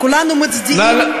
כולנו מצדיעים,